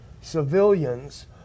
civilians